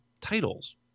titles